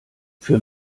für